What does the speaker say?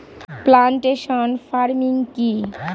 Plantation farming কি?